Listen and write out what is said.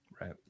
Right